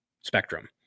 spectrum